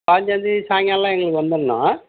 பயாஞ்சாந்தேதி சாய்ங்காலல்லாம் எங்களுக்கு வந்துடணும்